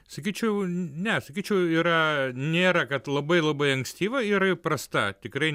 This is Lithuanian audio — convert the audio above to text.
sakyčiau ne sakyčiau yra nėra kad labai labai ankstyva yra įprasta tikrai